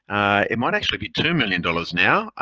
it might actually be two million dollars now,